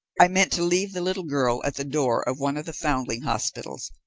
i meant to leave the little girl at the door of one of the foundling hospitals,